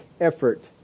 effort